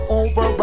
over